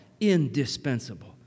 indispensable